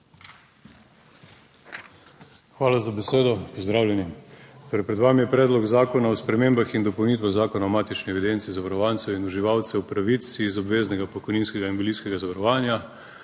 Hvala za besedo. Spoštovani! Danes obravnavani Predlog zakona o spremembah in dopolnitvah Zakona o matični evidenci zavarovancev in uživalcev pravic iz obveznega pokojninskega in invalidskega zavarovanja,